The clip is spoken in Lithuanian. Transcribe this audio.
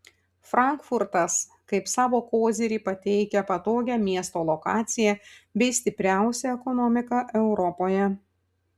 frankfurtas kaip savo kozirį pateikia patogią miesto lokaciją bei stipriausią ekonomiką europoje